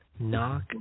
Knock